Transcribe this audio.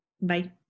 Bye